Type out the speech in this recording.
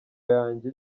yanjye